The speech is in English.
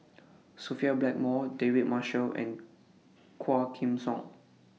Sophia Blackmore David Marshall and Quah Kim Song